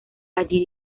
allí